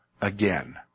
again